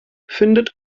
findet